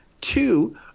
two